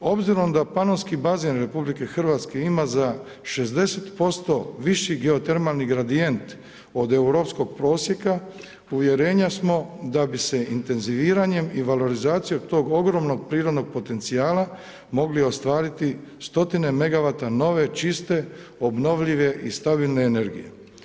Obzirom da Panonski bazen Republike Hrvatske ima za 60% viši termalni gradijent od europskog prosjeka uvjerenja smo da bi se intenziviranjem i valorizacijom tog ogromnog prirodnog potencijala mogli ostvariti stotine megavata nove čiste obnovljive i stabilne energije.